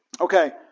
Okay